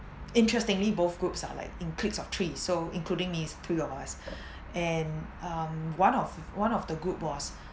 interestingly both groups are like in cliques of three so including me it's three of us and um one of one of the group was